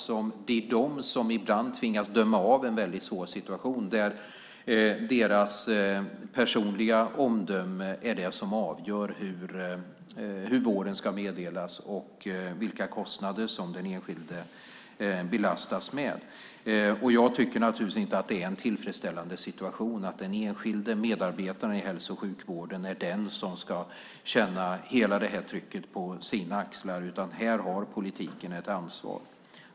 Det är de som ibland tvingas bedöma en väldigt svår situation där deras personliga omdöme är det som avgör hur vården ska meddelas och vilka kostnader som den enskilde ska belastas med. Jag tycker naturligtvis inte att det är en tillfredsställande situation att den enskilde medarbetaren i hälso och sjukvården är den som ska känna hela detta tryck på sina axlar, utan här har politiken ett ansvar.